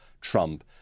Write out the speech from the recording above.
Trump